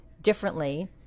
differently